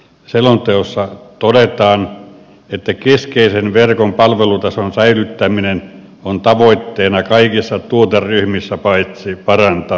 selonteossa todetaan että keskeisen verkon palvelutason säilyttäminen on tavoitteena kaikissa tuoteryhmissä paitsi parantamisessa